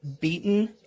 beaten